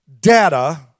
data